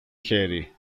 χέρι